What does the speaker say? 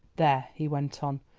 there, he went on,